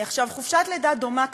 חופשת לידה דומה כזאת,